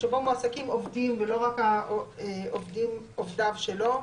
"שבו מועסקים עובדים" ולא רק עובדיו שלו,